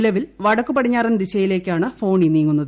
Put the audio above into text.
നിലവിൽ വടക്കുപടിഞ്ഞാറൻ ദിശയിലേക്കാണ് ഫോണി നീങ്ങുന്നത്